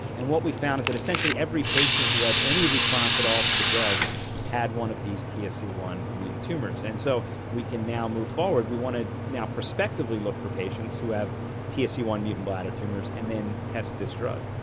and what we found is that essentially every patient who had any response at all to the drug had one of these t s e one mutant tumours, and so we can now move forward. we want to now prospectively look for patients who have t s e one mutant bladder tumours and then test this drug.